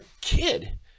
kid